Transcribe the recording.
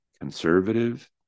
conservative